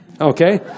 okay